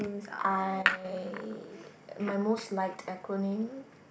I my most liked acronym